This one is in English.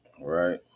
right